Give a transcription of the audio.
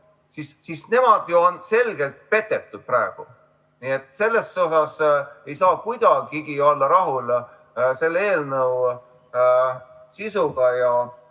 –, on ju selgelt petetud praegu. Nii et selles osas ei saa kuidagigi olla rahul selle eelnõu sisuga ja